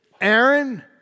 Aaron